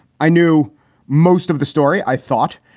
i knew most of the story i thought.